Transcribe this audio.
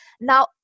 Now